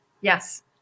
Yes